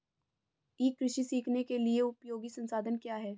ई कृषि सीखने के लिए उपयोगी संसाधन क्या हैं?